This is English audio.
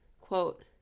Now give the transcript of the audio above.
quote